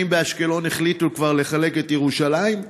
האם באשקלון החליטו כבר לחלק את ירושלים?